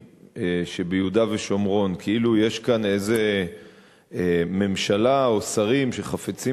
שביהודה ושומרון כאילו יש כאן איזה ממשלה או שרים שחפצים